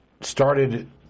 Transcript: started